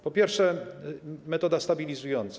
Po pierwsze, metoda stabilizująca.